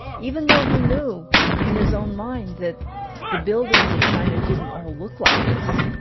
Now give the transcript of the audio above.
even though he knew in his own mind that the buildings in china didn't all look like this